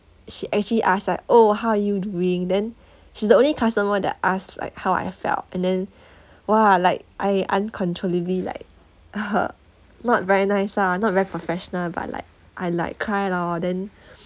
she actually ask like oh how are you doing then she's the only customer that ask like how I felt and then !wah! like I uncontrollably like not very nice lah not very professional but like I like cry lor then